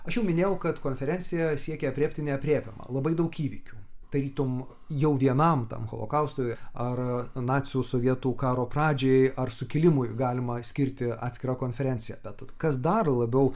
aš jau minėjau kad konferencija siekė aprėpti neaprėpiamą labai daug įvykių tarytum jau vienam tam holokaustui ar nacių sovietų karo pradžiai ar sukilimui galima skirti atskirą konferenciją bet kas dar labiau